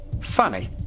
Funny